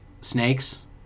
snakes